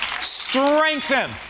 strengthen